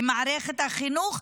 של מערכת החינוך,